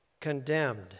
condemned